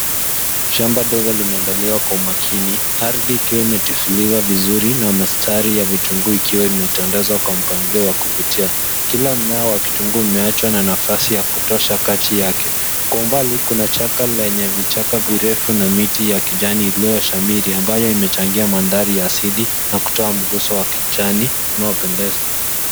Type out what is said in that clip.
Shamba ndogo limeandaliwa kwa umakini. Ardhi ikiwa imetifuliwa vizuri na mistari ya vitunguu ikiwa imetandazwa kwa mpangilio wa kuvutia. Kila mmea wa kitunguu umeachwa na nafasi ya kutosha kati yake. Kwa umbali kuna chaka lenye vichaka virefu na miti ya kijani iloyoshamiri ambayo imechangia mandhari ya asili na kutoa mguso wa kijani unaopendeza.